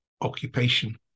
occupation